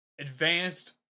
advanced